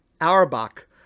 Auerbach